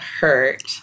hurt